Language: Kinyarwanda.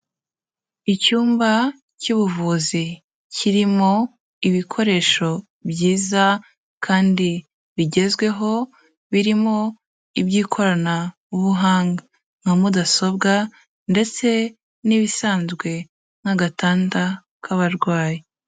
Icyumba cy'ubuvuzi kirimo ibikoresho byiza kandi bigezweho, birimo iby'ikoranabuhanga, nka mudasobwa ndetse n'ibisanzwe nk'agatanda k'abarwayi.